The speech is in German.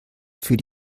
für